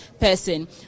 person